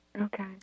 Okay